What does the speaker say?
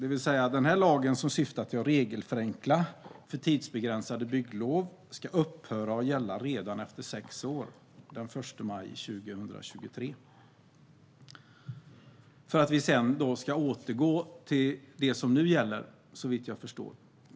Det vill säga att den här lagen, som syftar till att regelförenkla för tidsbegränsade bygglov, ska upphöra att gälla redan efter sex år, den 1 maj 2023, för att vi sedan ska återgå till det som nu gäller, såvitt jag förstår.